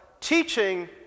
teaching